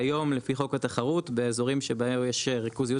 כיום לפי חוק התחרות באזורים שבהם יש ריכוזיות